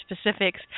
specifics